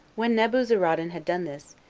when nebuzaradan had done thus,